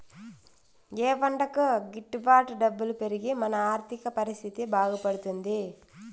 ఏ పంటకు గిట్టు బాటు డబ్బులు పెరిగి మన ఆర్థిక పరిస్థితి బాగుపడుతుంది?